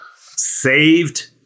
saved